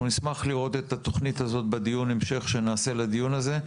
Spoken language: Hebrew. אנחנו נשמח לראות את התוכנית בדיון המשך שנקיים לדיון הזה.